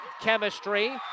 chemistry